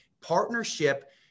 Partnership